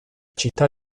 città